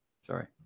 Sorry